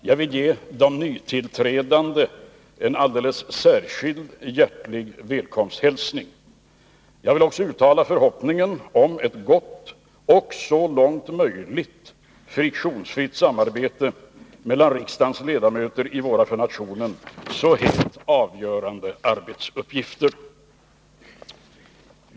Jag vill ge de nytillträdande en alldeles särskilt hjärtlig välkomsthälsning. Jag vill också uttala förhoppningen om ett gott och så långt möjligt friktionsfritt samarbete mellan riksdagens ledamöter i våra för nationen så helt avgörande arbetsuppgifter.